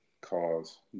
cause